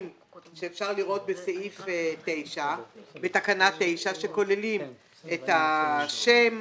שאפשר לראות בתקנה 9. הם כוללים את השם,